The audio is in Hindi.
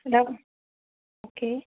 दस ओके